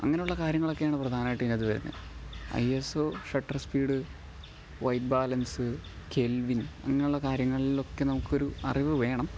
അങ്ങനെയുള്ള കാര്യങ്ങളൊക്കെയാണ് പ്രധാനമായിട്ടും ഇതിനകത്ത് വരുന്നത് I S O shutter speed white balance Kelvin അങ്ങനെയുള്ള കാര്യങ്ങളിലൊക്കെ നമുക്കൊരു അറിവു വേണം